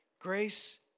Grace